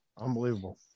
unbelievable